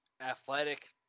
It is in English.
Athletic